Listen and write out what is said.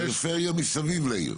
פריפריה מסביב לעיר.